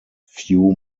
few